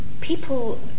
People